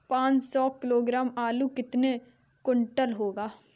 पाँच सौ किलोग्राम आलू कितने क्विंटल होगा?